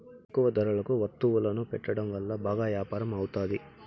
తక్కువ ధరలకు వత్తువులను పెట్టడం వల్ల బాగా యాపారం అవుతాది